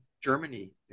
Germany